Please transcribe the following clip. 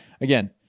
again